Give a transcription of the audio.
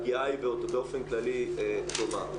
הפגיעה היא באופן כללי דומה.